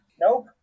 Nope